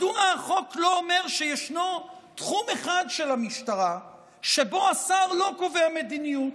מדוע החוק לא אומר שישנו תחום אחד של המשטרה שבו השר לא קובע מדיניות,